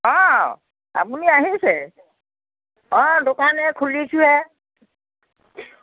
অঁ আপুনি আহিছে অঁ দোকান এই খুলিছোঁহে